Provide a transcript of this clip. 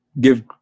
give